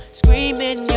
screaming